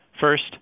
First